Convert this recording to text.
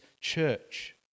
church